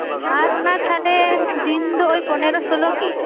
ᱟᱨ ᱚᱱᱟ ᱛᱟᱦᱚᱞᱮ ᱫᱤᱱᱫᱚ ᱳᱭ ᱯᱚᱱᱮᱨᱚ ᱥᱚᱞᱚᱜᱤ